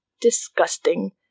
disgusting